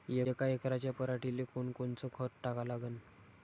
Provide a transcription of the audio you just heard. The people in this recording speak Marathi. यका एकराच्या पराटीले कोनकोनचं खत टाका लागन?